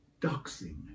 doxing